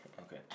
Okay